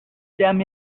dam